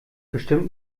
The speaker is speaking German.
bestimmt